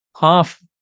half